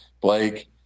Blake